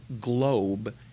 globe